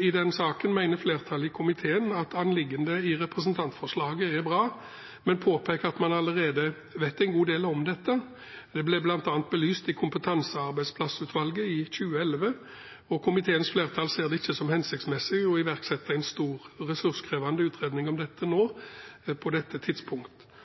I den saken mener komitéflertallet at anliggendet i representantforslaget er bra, men påpeker at man allerede vet en god del om dette. Det ble bl.a. belyst i kompetansearbeidsplassutvalget i 2011, og komitéflertallet ser det ikke som hensiktsmessig å iverksette en stor og ressurskrevende utredning om dette på dette tidspunkt.